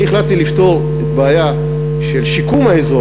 אני החלטתי לפתור את הבעיה של שיקום האזור